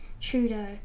trudeau